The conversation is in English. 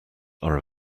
are